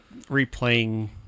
replaying